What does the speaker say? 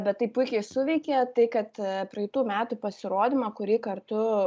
bet tai puikiai suveikė tai kad praeitų metų pasirodymą kurį kartu